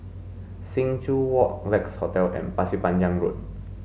Sing Joo Walk Lex Hotel and Pasir Panjang Road